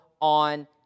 on